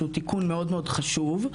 שהוא תיקון מאוד חשוב,